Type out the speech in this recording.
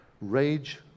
rage